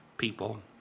people